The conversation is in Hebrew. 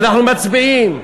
ואנחנו מצביעים.